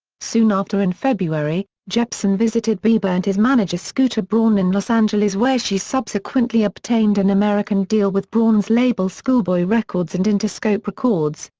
soon after in february, jepsen visited bieber and his manager scooter braun in los angeles where she subsequently obtained an american deal with braun's label school boy records and interscope records,